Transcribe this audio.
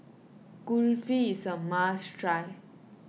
Kulfi some a must try